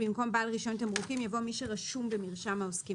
במקום "בעל רישיון תמרוקים" יבוא "מי שרשום במרשם העוסקים